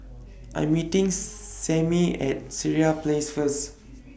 I Am meeting Sammie At Sireh Place First